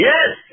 Yes